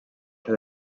fer